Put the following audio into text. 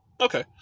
Okay